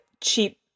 cheap